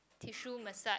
tissue message